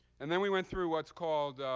and then we went through what's called